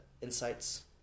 insights